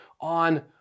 on